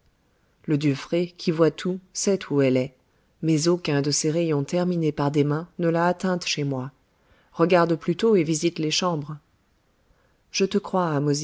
le dieu phré qui voit tout sait où elle est mais aucun de ses rayons terminés par des mains ne l'a atteinte chez moi regarde plutôt et visite les chambres je te crois